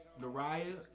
Naraya